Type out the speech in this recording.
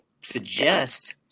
suggest